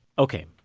ok,